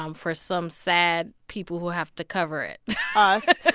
um for some sad people who have to cover it us.